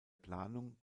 planung